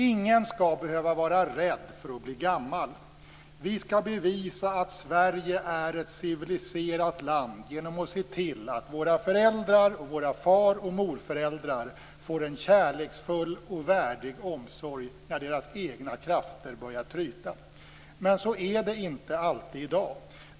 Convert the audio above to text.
Ingen skall behöva vara rädd för att bli gammal. Vi skall bevisa att Sverige är ett civiliserat land genom att se till att våra föräldrar, våra far och morföräldrar får en kärleksfull och värdig omsorg när deras egna krafter börjar tryta, men så är det inte alltid i dag.